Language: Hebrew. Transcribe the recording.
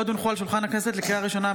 לקריאה ראשונה,